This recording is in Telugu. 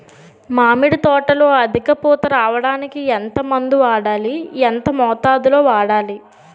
మామిడి తోటలో అధిక పూత రావడానికి ఎంత మందు వాడాలి? ఎంత మోతాదు లో వాడాలి?